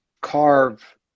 carve